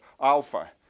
alpha